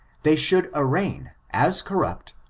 they should arraign, as corrupt,